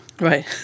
Right